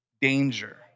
danger